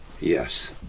Yes